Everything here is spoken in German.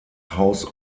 haus